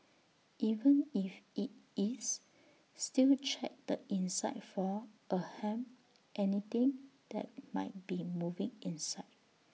even if IT is still check the inside for ahem anything that might be moving inside